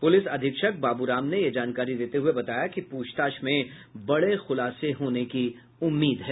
police अधीक्षक बाबू राम ने ये जानकारी देते हुए बताया कि पूछताछ में बड़े खुलासे होने की उम्मीद है